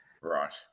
Right